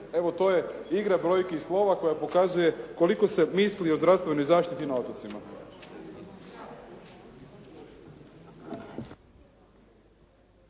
Evo to je igra brojki i slova koja pokazuje koliko se misli o zdravstvenoj zaštiti na otocima.